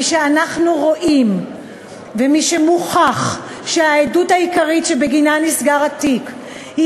משאנחנו רואים ומשמוכח שהעדות העיקרית שבגינה נסגר התיק היא